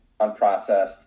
unprocessed